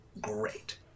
Great